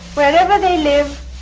wherever they live,